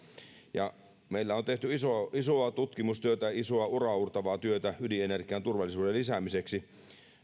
meillä on tehty isoa isoa tutkimustyötä isoa uraauurtavaa työtä ydinenergian turvallisuuden lisäämiseksi